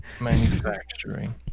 manufacturing